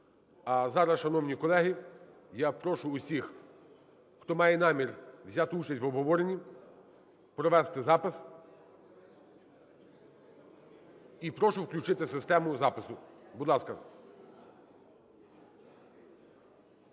А зараз, шановні колеги, я прошу всіх, хто має намір взяти участь в обговорені, провести запис. І прошу включити систему запису. Будь ласка.